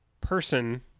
person